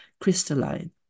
crystalline